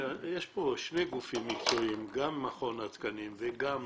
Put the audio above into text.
יש פה שני גופים מקצועיים: גם מכון התקנים וגם המשרד.